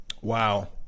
Wow